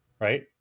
right